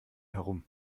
herum